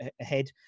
ahead